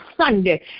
Sunday